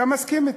אתה מסכים אתי,